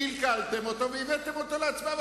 קלקלתם אותו והבאתם אותו להצבעה.